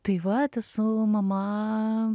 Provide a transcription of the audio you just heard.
tai vat su mama